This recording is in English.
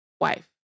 wife